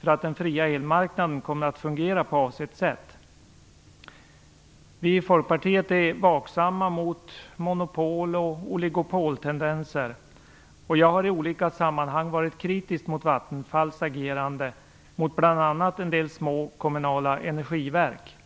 för att den fria elmarknaden skall fungera på avsett sätt. Vi i Folkpartiet är vaksamma mot monopol och oligopoltendenser. Jag har i olika sammanhang varit kritisk mot Vattenfalls agerande mot bl.a. en del små kommunala energiverk.